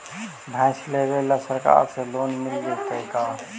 भैंस लेबे ल सरकार से लोन मिल जइतै का?